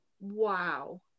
Wow